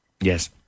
Yes